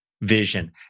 vision